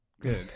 Good